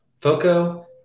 Foco